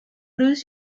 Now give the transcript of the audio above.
lose